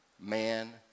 man